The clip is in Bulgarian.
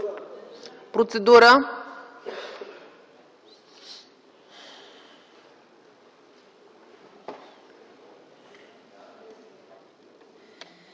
процедура